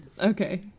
Okay